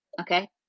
okay